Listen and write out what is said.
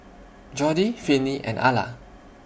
Jordi Finley and Ala